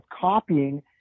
copying